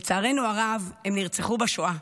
לצערנו הרב, הם נרצחו בשואה,